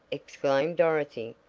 exclaimed dorothy,